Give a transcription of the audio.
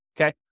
Okay